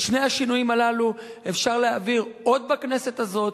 את שני השינויים הללו אפשר להעביר עוד בכנסת הזאת,